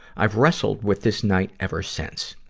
i've wrestled with this night ever since.